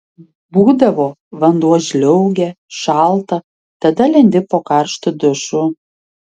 būdavo vanduo žliaugia šalta tada lendi po karštu dušu